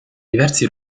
diversi